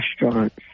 restaurants